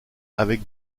avec